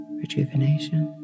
rejuvenation